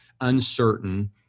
uncertain